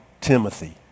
Timothy